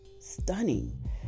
Stunning